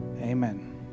Amen